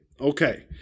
Okay